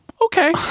Okay